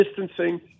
distancing